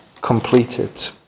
completed